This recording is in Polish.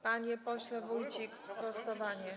Panie pośle Wójcik, sprostowanie.